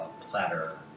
platter